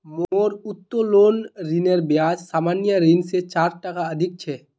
मोर उत्तोलन ऋनेर ब्याज सामान्य ऋण स चार टका अधिक छ